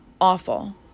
Awful